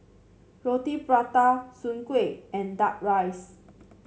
Roti Prata Soon Kway and duck rice